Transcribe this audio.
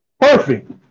Perfect